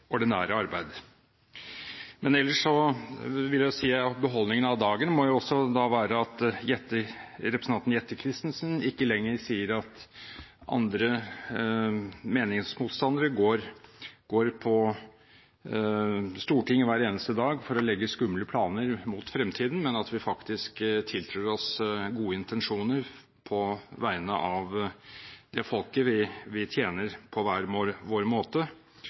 ordinære arbeid. Ellers vil jeg si at dagens beholdning også må være at representanten Jette Christensen ikke lenger sier at meningsmotstandere går på Stortinget hver eneste dag for å legge skumle planer for fremtiden, men at vi faktisk tiltros gode intensjoner på vegne av det folket vi tjener, på hver vår måte.